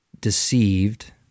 deceived